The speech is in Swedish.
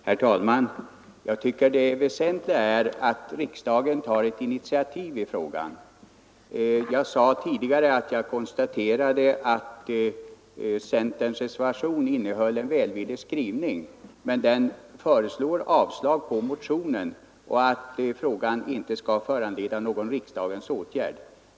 Herr talman! Det väsentliga är att riksdagen tar ett initiativ i frågan. Jag sade tidigare att centerns reservation innehöll en välvillig skrivning, men den föreslår avslag på motionen och att frågan inte skall föranleda någon riksdagens åtgärd.